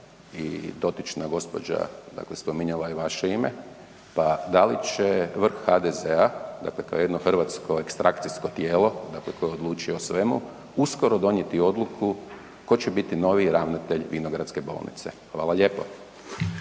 i dotična gospođa spominjala je vaše ime, pa da li će vrh HDZ-a dakle kao jedno hrvatsko ekstrakcijsko tijelo koje odlučuje o svemu, uskoro donijeti odluku tko će biti novi ravnatelj Vinogradske bolnice? Hvala lijepa.